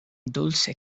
dulce